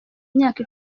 imyaka